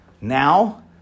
Now